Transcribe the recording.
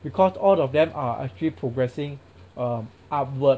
because all of them are actually progressing mm upward